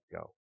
go